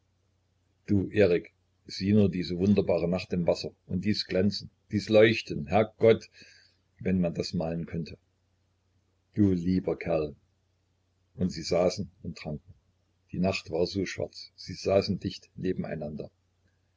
du erik sieh nur diese wunderbare nacht im wasser und dies glänzen dies leuchten herrgott wenn man das malen könnte du lieber kerl und sie saßen und tranken die nacht war so schwarz sie saßen dicht nebeneinander